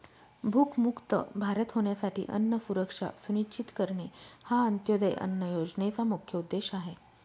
भूकमुक्त भारत होण्यासाठी अन्न सुरक्षा सुनिश्चित करणे हा अंत्योदय अन्न योजनेचा मुख्य उद्देश आहे